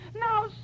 now